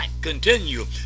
continue